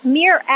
mere